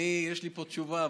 יש לי פה תשובה,